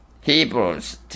Hebrews